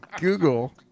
Google